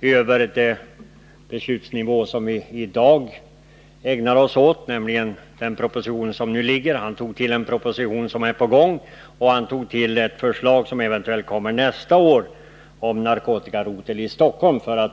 över den beslutsnivå som i dag är aktuell, nämligen den proposition som nu föreligger. För att få insatserna att verka litet imponerande tog han till inte bara en proposition som är på gång utan också ett förslag som eventuellt kommer nästa år om narkotikarotel i Stockholm.